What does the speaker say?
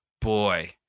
boy